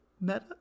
meta